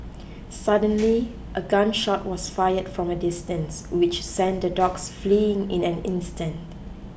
suddenly a gun shot was fired from a distance which sent the dogs fleeing in an instant